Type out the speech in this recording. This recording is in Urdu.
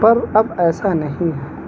پر اب ایسا نہیں ہے